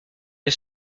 est